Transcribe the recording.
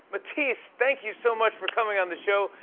matisse, thank you so much for coming on the show.